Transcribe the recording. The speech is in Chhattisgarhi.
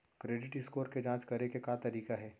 क्रेडिट स्कोर के जाँच करे के का तरीका हे?